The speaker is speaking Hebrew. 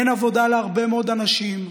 אין עבודה להרבה מאוד אנשים,